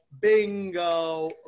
bingo